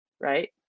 right